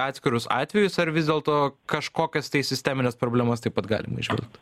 atskirus atvejus ar vis dėlto kažkokias sistemines problemas taip pat galim įžvelgt